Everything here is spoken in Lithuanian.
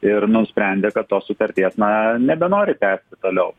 ir nusprendė kad tos sutarties na nebenori tęsti toliau